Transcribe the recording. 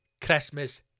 Christmas